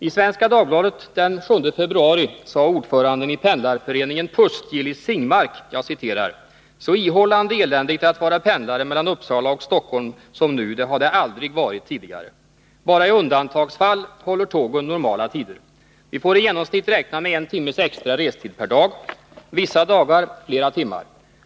I Svenska Dagbladet den 7 februari sade ordföranden i Pendlarföreningen Pust Gillis Zingmark: ”Så ihållande eländigt att vara pendlare mellan Uppsala och Stockholm som nu har det aldrig varit tidigare. Bara i undantagsfall håller tågen normala tider. Vi får i genomsnitt räkna med 1 timmes extra restid per dag. Vissa dagar flera timmar.